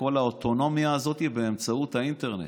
כל האוטונומיה הזאת באמצעות האינטרנט,